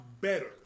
better